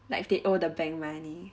like if they owe the bank money